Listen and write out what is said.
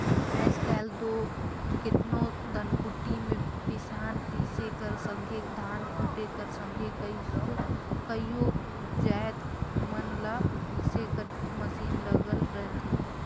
आएज काएल दो केतनो धनकुट्टी में पिसान पीसे कर संघे धान कूटे कर संघे कइयो जाएत मन ल पीसे कर मसीन लगल रहथे